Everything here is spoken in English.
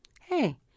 hey